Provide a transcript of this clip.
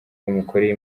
bamukoreye